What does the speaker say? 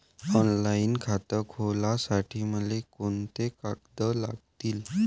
Online खातं खोलासाठी मले कोंते कागद लागतील?